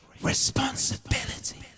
responsibility